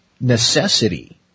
necessity